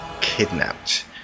kidnapped